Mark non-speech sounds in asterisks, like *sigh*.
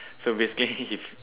so basically he *laughs*